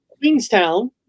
Queenstown